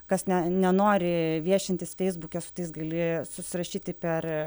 kas ne nenori viešintis feisbuke su tais gali susirašyti per